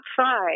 outside